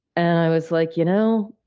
and i was, like, you know,